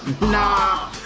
Nah